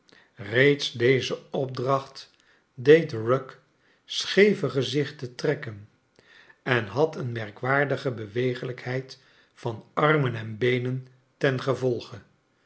reeds deze opdracht deed rugg scheeve gezichten trekken en had een merkwaardige bewegelijkheid van armen en beenen ten gevolge